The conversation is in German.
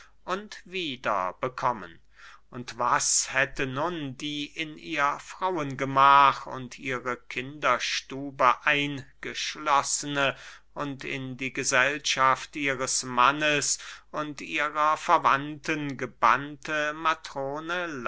und wieder bekommen und was hätte nun die in ihr frauengemach und ihre kinderstube eingeschlossene und in die gesellschaft ihres mannes und ihrer verwandten gebannte matrone